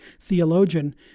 theologian